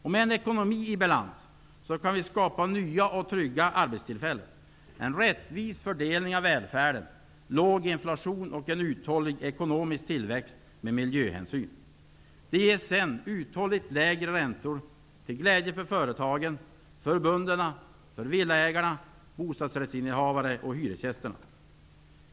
Med en ekonomi i balans kan vi skapa nya och trygga arbetstillfällen, rättvis fördelning av välfärden, låg inflation och en uthållig ekonomisk tillväxt med miljöhänsyn. Det ger sedan uthålligt lägre räntor till gädje för företagen, bönderna, villaägarna, bostadsrättsinnehavarna och hyresgästerna.